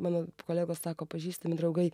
mano kolegos sako pažįstami draugai